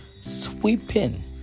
sweeping